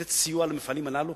לתת סיוע למפעלים הללו,